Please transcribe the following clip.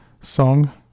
song